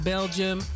Belgium